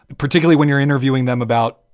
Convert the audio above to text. particularly when you're interviewing them about,